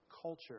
Culture